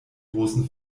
großen